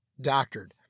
doctored